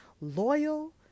loyal